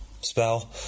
Spell